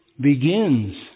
begins